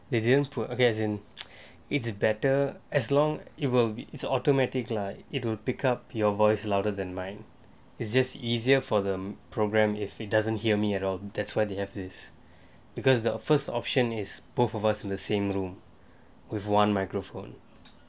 they didn't put okay as in it's better as long it will be automatic lah like it'll pick up your voice louder than mine it's just easier for the program if it doesn't hear me at all that's why they have this because the first option is both of us in the same room with one microphone